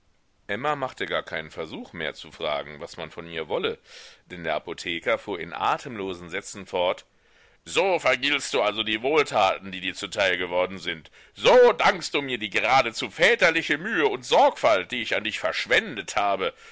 emma machte gar keinen versuch mehr zu fragen was man von ihr wolle denn der apotheker fuhr in atemlosen sätzen fort so vergiltst du also die wohltaten die dir zuteil geworden sind so dankst du mir die geradezu väterliche mühe und sorgfalt die ich an dich verschwendet habe